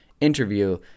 interview